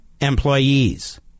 employees